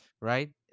right